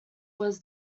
was